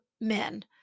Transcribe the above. men